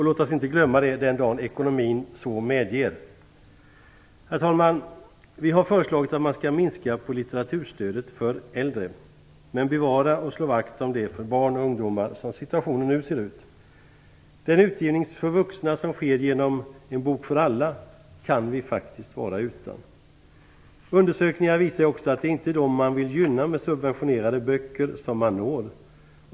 Låt oss inte glömma det den dag ekonomin så medger. Herr talman! Vi har föreslagit att man skall minska på litteraturstödet för äldre men bevara och slå vakt om stödet för barn och ungdomar, som situationen nu ser ut. Den utgivning för vuxna som sker genom En bok för alla kan vi faktiskt vara utan. Undersökningar visar också att det inte är dem man vill gynna med subventionerad böcker som man når.